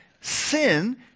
sin